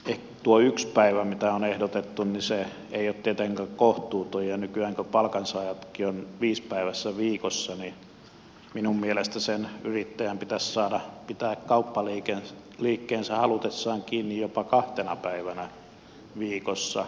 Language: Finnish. tuo yksi päivä mitä on ehdotettu ei ole tietenkään kohtuuton ja nykyään kun palkansaajatkin ovat viisipäiväisessä viikossa minun mielestäni sen yrittäjän pitäisi saada pitää kauppaliikkeensä halutessaan kiinni jopa kahtena päivänä viikossa